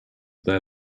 their